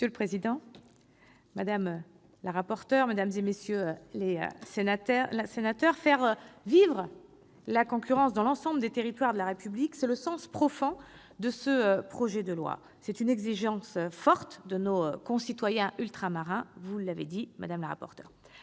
Monsieur le président, madame la rapporteur, mesdames, messieurs les sénateurs, faire vivre la concurrence dans l'ensemble des territoires de la République, tel est le sens profond de ce projet de loi. C'est une exigence forte de nos concitoyens ultramarins, comme vous l'avez dit, madame la rapporteur.